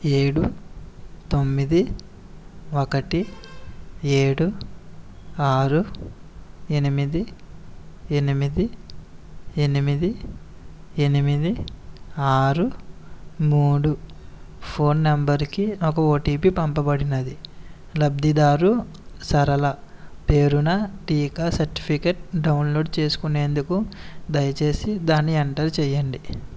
ఏడు తొమ్మిది ఒకటి ఏడు ఆరు ఎనిమిది ఎనిమిది ఎనిమిది ఎనిమిది ఆరు మూడు ఫోన్ నంబరుకి ఒక ఓటీపీ పంపబడినది లబ్దిదారు సరళ పేరున టీకా సర్టిఫికేట్ డౌన్లోడ్ చేసుకునేందుకు దయచేసి దాన్ని ఎంటర్ చేయండి